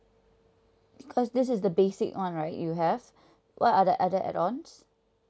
because this is the basic [one] right you have what are the other add ons